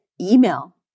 email